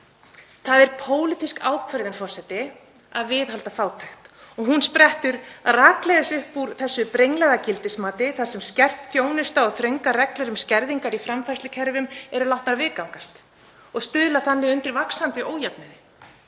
Það er pólitísk ákvörðun, forseti, að viðhalda fátækt og hún sprettur rakleiðis upp úr þessu brenglaða gildismati þar sem skert þjónusta og þröngar reglur um skerðingar í framfærslukerfum eru látnar viðgangast og stuðla þannig að vaxandi ójöfnuði.